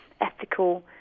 ethical